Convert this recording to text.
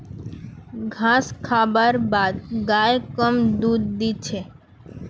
घास खा बार बाद गाय कम दूध दी छे